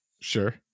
Sure